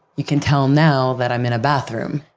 you can tell now that i'm in a bathroom.